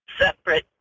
separate